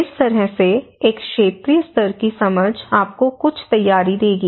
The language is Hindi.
इस तरह से एक क्षेत्रीय स्तर की समझ आपको कुछ तैयारी देगी